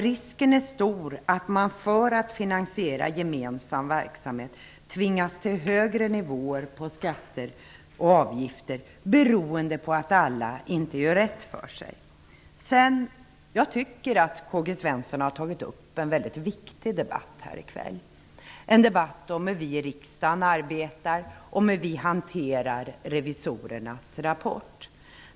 Risken är stor att man för att finansiera gemensam verksamhet tvingas till högre nivåer på skatter och avgifter, beroende på att alla inte gör rätt för sig. Jag tycker att Karl-Gösta Svenson har tagit upp en mycket viktig debatt här i kväll - en debatt om hur vi i riksdagen arbetar och hanterar revisorernas rapporter.